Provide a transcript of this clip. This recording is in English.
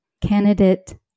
Candidate